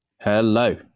Hello